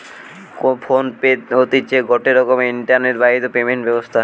phone pay হতিছে গটে রকমের ইন্টারনেট বাহিত পেমেন্ট ব্যবস্থা